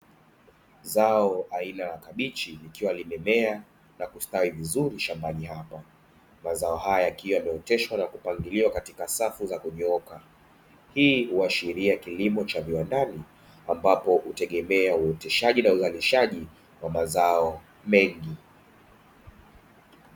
Zao aina la kabichi likiwa limemea na kustawi vizuri shambani hapa. Mazao haya yakiwa yameoteshwa na kupangiliwa katika safu za kunyooka. Hii huashiria kilimo cha viwandani ambapo hutegemea uoteshaji na uzalishaji wa mazao mengi.